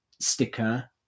sticker